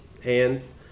hands